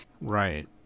Right